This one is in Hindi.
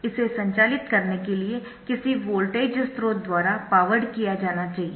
इसे संचालित करने के लिए किसी वोल्टेज स्रोत द्वारा पॉवर्ड किया जाना है